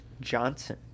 Johnson